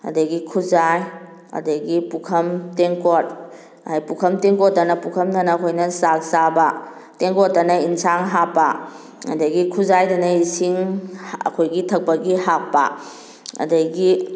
ꯑꯗꯨꯗꯒꯤ ꯈꯨꯖꯥꯏ ꯑꯗꯨꯗꯒꯤ ꯄꯨꯈꯝ ꯇꯦꯡꯀꯣꯠ ꯐꯨꯈꯝ ꯇꯦꯡꯀꯣꯠꯇꯅ ꯄꯨꯈꯝꯗꯅ ꯑꯩꯈꯣꯏꯅ ꯆꯥꯛ ꯆꯥꯕ ꯇꯦꯡꯀꯣꯠꯇꯅ ꯌꯦꯟꯁꯥꯡ ꯍꯥꯞꯄ ꯑꯗꯨꯗꯒꯤ ꯈꯨꯖꯥꯏꯗꯅ ꯏꯁꯤꯡ ꯑꯩꯈꯣꯏꯒꯤ ꯊꯛꯄꯒꯤ ꯍꯥꯞꯄ ꯑꯗꯨꯗꯒꯤ